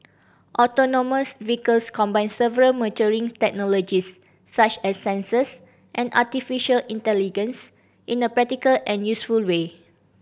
autonomous vehicles combine several maturing technologies such as sensors and artificial in a practical and useful way